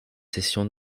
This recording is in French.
sessions